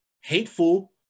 hateful